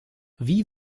wie